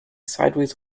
sideways